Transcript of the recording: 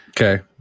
okay